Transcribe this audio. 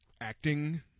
acting